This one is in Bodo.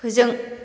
फोजों